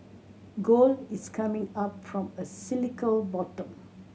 gold is coming up from a cyclical bottom